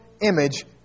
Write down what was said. image